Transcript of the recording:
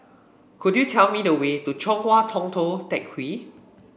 could you tell me the way to Chong Hua Tong Tou Teck Hwee